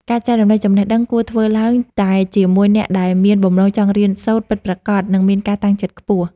ការចែករំលែកចំណេះដឹងគួរធ្វើឡើងតែជាមួយអ្នកដែលមានបំណងចង់រៀនសូត្រពិតប្រាកដ និង មានការតាំងចិត្តខ្ពស់។